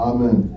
Amen